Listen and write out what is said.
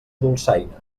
dolçaina